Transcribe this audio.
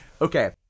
Okay